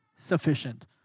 Sufficient